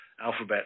Alphabet